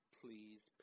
please